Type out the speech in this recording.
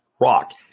rock